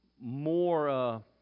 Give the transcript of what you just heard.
more